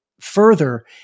further